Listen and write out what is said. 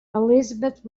elizabeth